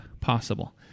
possible